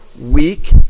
weak